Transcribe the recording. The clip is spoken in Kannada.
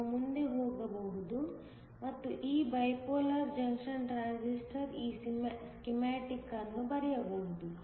ನಾವು ಮುಂದೆ ಹೋಗಬಹುದು ಮತ್ತು ಈ ಬೈಪೋಲಾರ್ ಜಂಕ್ಷನ್ ಟ್ರಾನ್ಸಿಸ್ಟರ್ಗಾಗಿ ಈ ಸ್ಕೀಮ್ಯಾಟಿಕ್ ಅನ್ನು ಬರೆಯಬಹುದು